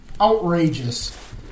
Outrageous